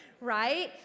right